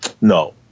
No